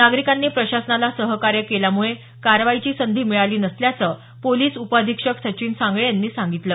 नागरिकांनी प्रशासनाला सहकार्य केल्यामुळे कारवाईची संधी मिळाली नसल्याचं पोलिस उपअधीक्षक सचिन सांगळे यांनी सांगितलं